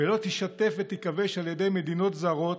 ולא תישטף ותיכבש על ידי מדינות זרות,